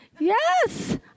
Yes